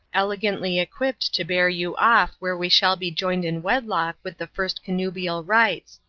elegantly equipped to bear you off where we shall be joined in wedlock with the first connubial rights.